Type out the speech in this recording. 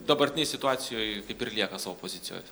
dabartinėj situacijoj kaip ir lieka savo pozicijoj